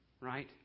Right